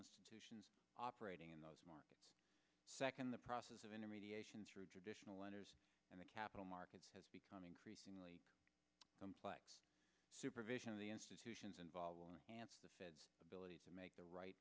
institutions operating in those markets second the process of intermediation through traditional lenders and the capital markets has become increasingly complex supervision of the institutions involved and the fed's ability to make the right